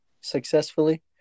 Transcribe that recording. successfully